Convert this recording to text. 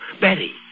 Betty